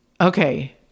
Okay